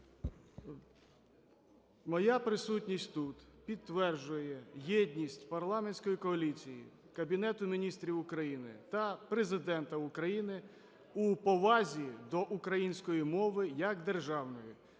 Моя присутність тут підтверджує єдність парламентської коаліції, Кабінету Міністрів України та Президента України у повазі до української мови як державної,